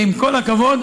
עם כל הכבוד,